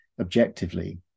objectively